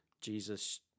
Jesus